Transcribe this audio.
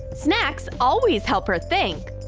snacks always help her think!